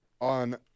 on